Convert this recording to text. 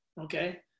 okay